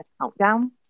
countdown